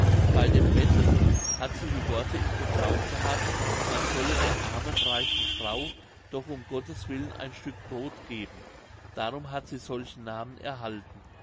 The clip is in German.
bei dem betteln hat sie die worte im gebrauch gehabt man solle der armen reichen frau doch um gotteswillen ein stück brod geben darum hat sie solchen namen erhalten